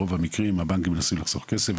ברוב המקרים הבנקים מנסים לחסוך כסף,